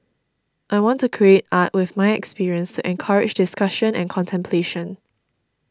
I want to create art with my experience to encourage discussion and contemplation